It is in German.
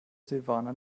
silvana